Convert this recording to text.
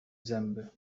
zęby